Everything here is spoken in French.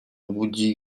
woody